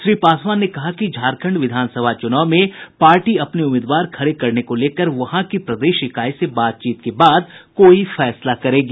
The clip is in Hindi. श्री पासवान ने कहा कि झारखंड विधानसभा चूनाव में पार्टी अपने उम्मीदवार खड़े करने को लेकर वहां की प्रदेश इकाई से बातचीत के बाद कोई फैसला करेगी